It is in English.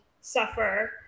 suffer